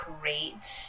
great